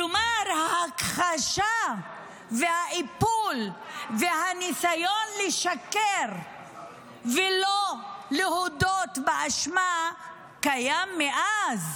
כלומר ההכחשה והאיפול והניסיון לשקר ולא להודות באשמה קיים מאז.